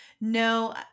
No